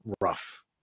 rough